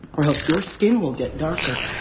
or else your skin will get darker.